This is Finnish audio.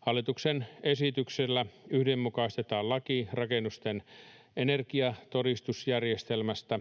Hallituksen esityksellä yhdenmukaistetaan laki rakennusten energiatodistusjärjestelmästä